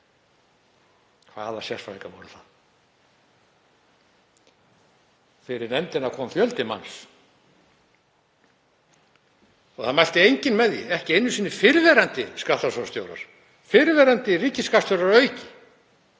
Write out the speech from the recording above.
hvaða sérfræðingar voru það? Fyrir nefndina kom fjöldi manns. Það mælti enginn með því, ekki einu sinni fyrrverandi skattrannsóknarstjórar, fyrrverandi ríkisskattstjórar að